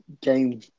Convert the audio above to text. game